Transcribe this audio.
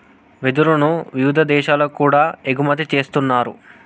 వెదురును వివిధ దేశాలకు కూడా ఎగుమతి చేస్తున్నారు